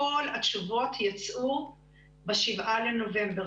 כל התשובות יצאו עד ה-7 לנובמבר,